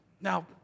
Now